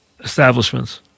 establishments